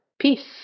Peace